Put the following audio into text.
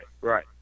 right